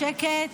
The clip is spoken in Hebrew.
שקט.